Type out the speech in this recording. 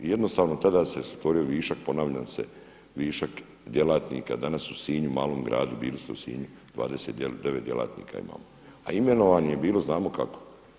I jednostavno tada se stvorio višak, ponavljam se, višak djelatnika danas u Sinju malom gradu, bili ste u Sinju, 29 djelatnika imamo a imenovanje je bilo znamo kako.